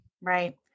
Right